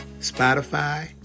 Spotify